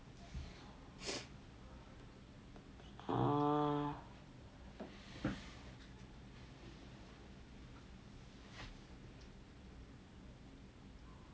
uh